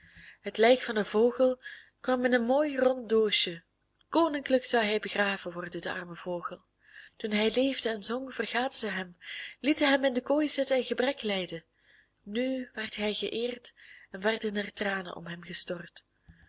het lijk van den vogel kwam in een mooi rood doosje koninklijk zou hij begraven worden de arme vogel toen hij leefde en zong vergaten ze hem lieten hem in de kooi zitten en gebrek lijden nu werd hij geëerd en werden er tranen om hem gestort